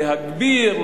להגביר,